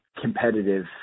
competitive